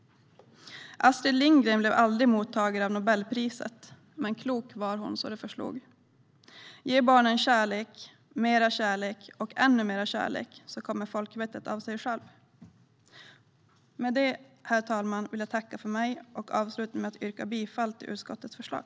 Astrid Lindgren blev aldrig mottagare av Nobelpriset, men klok var hon så det förslog: Ge barnen kärlek, mer kärlek och ännu mer kärlek, så kommer folkvettet av sig självt. Med det, herr talman, vill jag tacka för mig och avsluta med att yrka bifall till utskottets förslag.